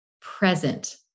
present